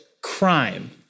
crime